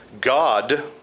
God